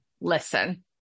listen